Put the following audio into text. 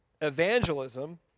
evangelism